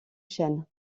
chaînes